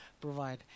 provide